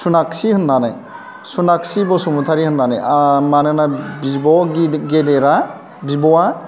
सुनाकसि होननानै सुनाकसि बसुमतारी होननानै मानोना गेदेरा बिब'आ